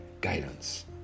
guidance